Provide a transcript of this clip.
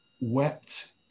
Wept